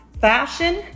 fashion